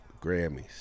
Grammys